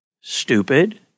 stupid